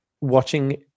Watching